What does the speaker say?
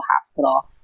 hospital